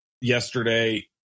yesterday